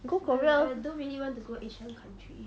go korea